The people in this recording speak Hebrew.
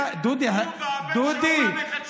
אני אראה לך מגרשים: הוא והבן שלו והנכד שלו.